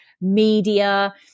media